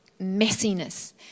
messiness